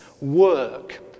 work